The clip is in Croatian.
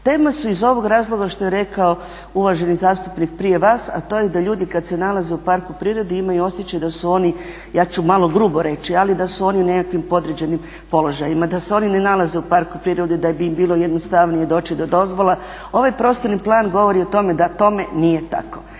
Teme su iz ovog razloga što je rekao uvaženi zastupnik prije vas a to je da ljudi kada se nalaze u parku prirode imaju osjećaj da su oni, ja ću malo grubo reći ali da su oni u nekakvim podređenim položajima, da se oni ne nalaze u parku prirode, da bi im bilo jednostavnije doći do dozvola. Ovaj prostorni plan govori o tome da tome nije tako.